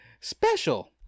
Special